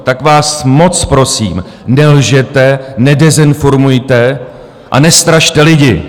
Tak vás moc prosím, nelžete, nedezinformujte a nestrašte lidi.